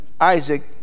Isaac